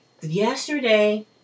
Yesterday